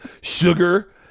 Sugar